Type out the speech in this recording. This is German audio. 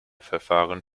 verfahren